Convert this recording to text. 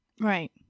Right